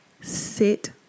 Sit